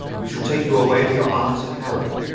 we shall take you away to your aunt's at harrow.